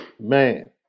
man